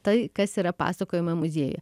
tai kas yra pasakojama muziejuje